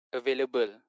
available